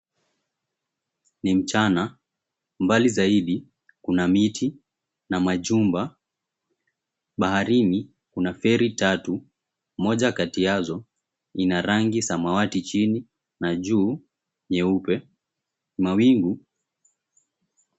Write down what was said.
Ni mchana mbali zaidi kuna miti na majumba, baharini kuna feri tatu moja katiyazo ina rangi samawati chini na juu nyeupe, mawingu.